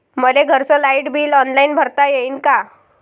मले घरचं light bill online भरता येईन का?